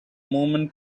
movement